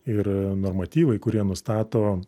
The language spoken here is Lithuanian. ir normatyvai kurie nustato